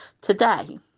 today